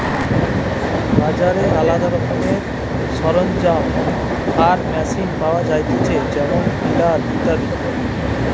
বাজারে আলদা রকমের সরঞ্জাম আর মেশিন পাওয়া যায়তিছে যেমন টিলার ইত্যাদি